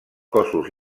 cossos